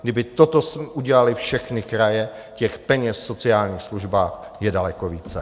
Kdyby toto udělaly všechny kraje, těch peněz v sociálních službách je daleko více.